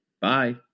Bye